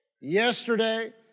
yesterday